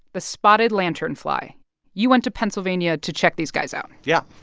the spotted lanternfly you went to pennsylvania to check these guys out yeah,